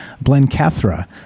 Blencathra